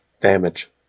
damage